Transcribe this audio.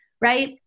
right